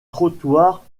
trottoir